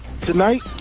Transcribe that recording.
tonight